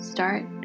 Start